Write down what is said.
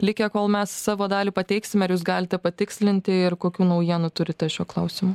likę kol mes savo dalį pateiksime ar jūs galite patikslinti ir kokių naujienų turite šiuo klausimu